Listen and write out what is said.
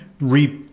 re